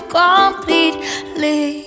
completely